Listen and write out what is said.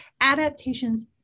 adaptations